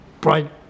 bright